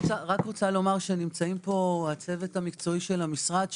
נמצאים פה הצוות המקצועי של המשרד.